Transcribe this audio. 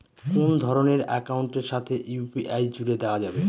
কোন ধরণের অ্যাকাউন্টের সাথে ইউ.পি.আই জুড়ে দেওয়া যাবে?